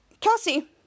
Kelsey